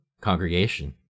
congregation